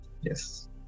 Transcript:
Yes